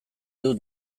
dut